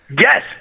Yes